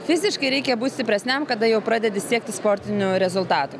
fiziškai reikia būt stipresniam kada jau pradedi siekti sportinių rezultatų